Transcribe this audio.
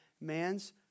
man's